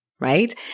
Right